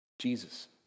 Jesus